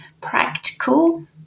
practical